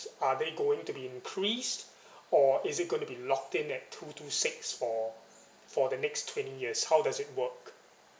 are they going to be increased or is it going to be locked in at two two six for for the next twenty years how does it work